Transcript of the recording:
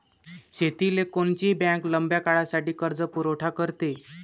शेतीले कोनची बँक लंब्या काळासाठी कर्जपुरवठा करते?